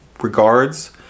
regards